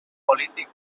polític